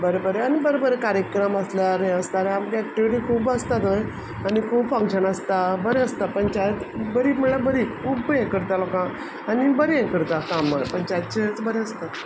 बरें बरें आनी बरें बरें कार्यक्रम आसल्यार हें आसता आनी आमकां एक्टिविटी खूब आसता थंय आनी खूब फंक्शनां आसता बरें आसता पंचायत बरी म्हणल्यार बरी खूब हें करता लोकांक आनी बरी हें करता कामां पंचायतीचें बरें आसता